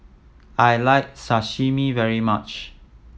I like Sashimi very much